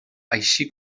així